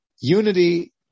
Unity